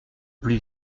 plus